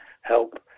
help